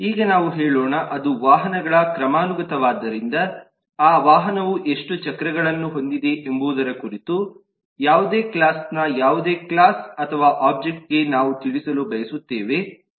ಈಗ ನಾವು ಹೇಳೋಣ ಅದು ವಾಹನಗಳ ಕ್ರಮಾನುಗತವಾದ್ದರಿಂದ ಆ ವಾಹನವು ಎಷ್ಟು ಚಕ್ರಗಳನ್ನು ಹೊಂದಿದೆ ಎಂಬುದರ ಕುರಿತು ಯಾವುದೇ ಕ್ಲಾಸ್ ನ ಯಾವುದೇ ಕ್ಲಾಸ್ ಅಥವಾ ಒಬ್ಜೆಕ್ಟ್ ಗೆ ನಾವು ತಿಳಿಸಲು ಬಯಸುತ್ತೇವೆ